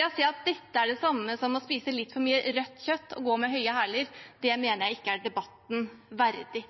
Å si at dette er det samme som å spise litt for mye rødt kjøtt eller å gå med høye hæler, mener jeg ikke er debatten verdig.